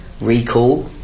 recall